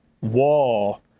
wall